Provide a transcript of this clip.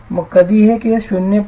मग कधी हे केस 0